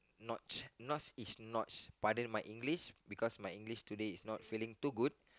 notch notch is notch but then my English because my English today is not feeling too good